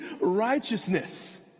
righteousness